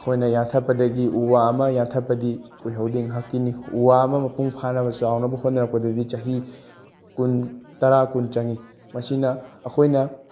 ꯑꯩꯈꯣꯏꯅ ꯌꯥꯟꯊꯠꯄꯗꯒꯤ ꯎ ꯋꯥ ꯑꯃ ꯌꯥꯟꯊꯠꯄꯗꯤ ꯀꯨꯏꯍꯧꯗꯦ ꯉꯥꯏꯍꯥꯛꯀꯤꯅꯤ ꯎ ꯋꯥ ꯑꯃ ꯃꯄꯨꯡ ꯐꯥꯅꯕ ꯆꯥꯎꯅꯕ ꯍꯣꯠꯅꯔꯛꯄꯗꯗꯤ ꯆꯍꯤ ꯀꯨꯟ ꯇꯔꯥ ꯀꯨꯟ ꯆꯪꯉꯤ ꯃꯁꯤꯅ ꯑꯩꯈꯣꯏꯅ